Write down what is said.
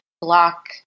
block